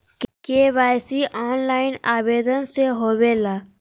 KYC online आवेदन से होवे ला?